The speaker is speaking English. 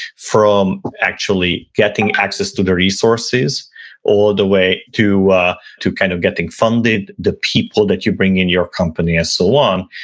from actually getting access to the resources or the way to ah to kind of getting funded, the people that you bring in your company and so on.